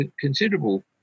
considerable